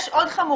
יש עוד חמורים,